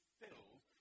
filled